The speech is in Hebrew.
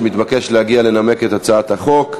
שמתבקש להגיע ולנמק את הצעת החוק.